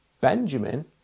Benjamin